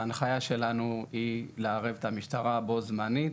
ההנחיה שלנו היא לערב את המשטרה בו זמנית.